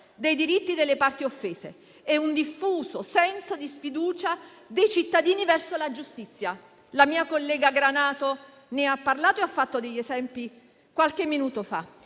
dei diritti delle parti offese» e di un «diffuso senso di sfiducia dei cittadini verso la giustizia». Anche la mia collega Granato ne ha parlato e ha fatto degli esempi qualche minuto fa.